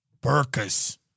burkas